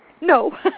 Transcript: No